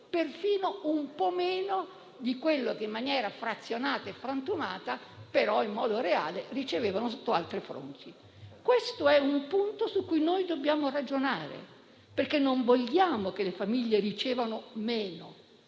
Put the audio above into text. perfino un po' meno di quello che, in maniera frazionata e frantumata, ma in modo reale, ricevevano su altri fronti. È un punto su cui dobbiamo ragionare, perché non vogliamo che le famiglie ricevano meno,